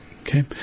Okay